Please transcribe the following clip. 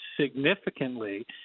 significantly